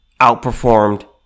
outperformed